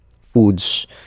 foods